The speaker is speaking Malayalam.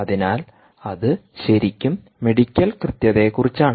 അതിനാൽ അത് ശരിക്കും മെഡിക്കൽ കൃത്യതയെക്കുറിച്ചാണ്